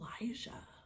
Elijah